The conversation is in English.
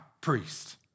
priest